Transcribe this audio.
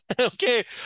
Okay